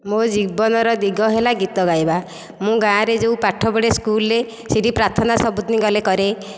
ମୋ ଜୀବନର ଦିଗ ହେଲା ଗୀତ ଗାଇବା ମୁଁ ଗାଁରେ ଯଉ ପାଠ ପଢେ ସ୍କୁଲ୍ରେ ସେଠି ପ୍ରାର୍ଥନା ସବୁଦିନ ଗଲେ କରେ